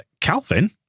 Calvin